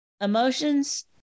emotions